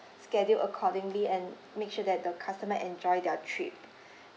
schedule accordingly and make sure that the customer enjoy their trip